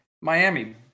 Miami